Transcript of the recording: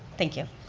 thank you